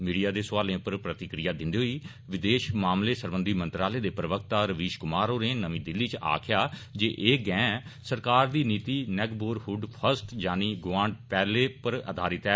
media दे सौआले पर प्रतिक्रिया दिंदे होई विदेश मामले सरबंघी मंत्रालय दे प्रवक्ता रवीश कुमार होरें नमीं दिल्ली इच आक्खेया जे एह गैंह सरकार दी नीति ''नेबर हुड फर्स्ट यानि गौआंड पैहले'' पर आघारित ऐ